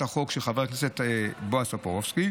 החוק של חבר הכנסת בועז טופורובסקי,